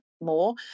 more